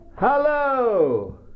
Hello